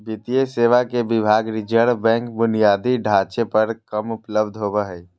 वित्तीय सेवा के विभाग रिज़र्व बैंक बुनियादी ढांचे पर कम उपलब्ध होबो हइ